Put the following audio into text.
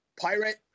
Pirate